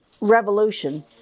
revolution